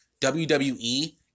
WWE